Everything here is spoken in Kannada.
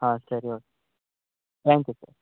ಹಾಂ ಸರಿ ಓಕೆ ತ್ಯಾಂಕ್ ಯು ಸರ್